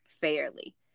fairly